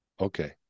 Okay